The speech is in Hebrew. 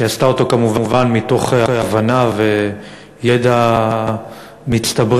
שעשתה אותו כמובן מתוך הבנה וידע מצטברים